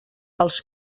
els